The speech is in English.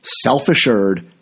self-assured